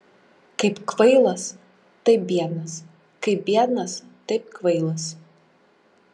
kaip kvailas taip biednas kaip biednas taip kvailas